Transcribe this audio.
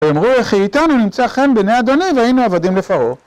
הם אמרו החיתנו נמצא חן בעיני אדוני והיינו עבדים לפרעה